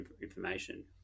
information